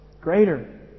greater